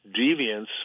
deviance